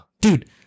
Dude